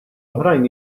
oħrajn